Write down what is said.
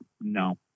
no